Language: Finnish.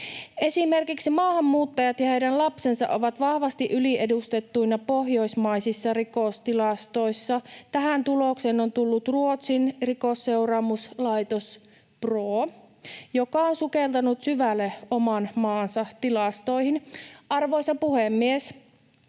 Esimerkiksi maahanmuuttajat ja heidän lapsensa ovat vahvasti yliedustettuina pohjoismaisissa rikostilastoissa. Tähän tulokseen on tullut Ruotsin rikosseuraamuslaitos Brå, joka on sukeltanut syvälle oman maansa tilastoihin. Arvoisa puhemies!